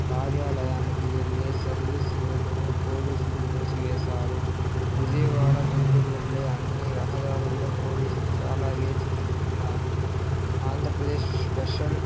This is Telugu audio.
కార్యాలయానికి వెళ్ళే సర్వీస్ రోడ్డును పోలీసులు మూసివేశారు విజయవాడ గుంటూరు వెళ్ళే అన్ని రహదారుల్లో పోలీసులు చాలా వేచి చూస్తున్నారు ఆంధ్రప్రదేశ్ స్పెషల్